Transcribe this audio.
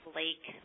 lake